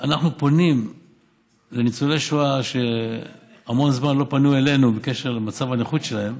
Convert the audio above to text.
אנחנו פונים לניצולי שואה שהמון זמן לא פנו אלינו בקשר למצב הנכות שלהם,